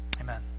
amen